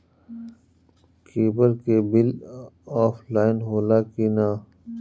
Cable के offline ऑफलाइन होला कि ना?